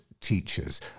teachers